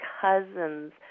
cousins